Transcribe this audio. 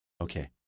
Okay